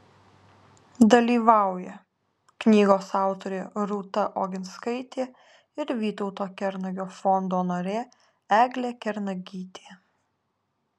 dalyvauja knygos autorė rūta oginskaitė ir vytauto kernagio fondo narė eglė kernagytė